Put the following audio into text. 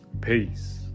Peace